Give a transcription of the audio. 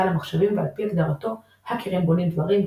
למחשבים ועל פי הגדרתו "האקרים בונים דברים,